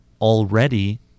already